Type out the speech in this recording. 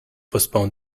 postpone